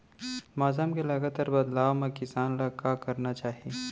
मौसम के लगातार बदलाव मा किसान ला का करना चाही?